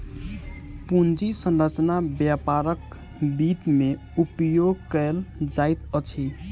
पूंजी संरचना व्यापारक वित्त में उपयोग कयल जाइत अछि